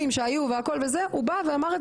כן,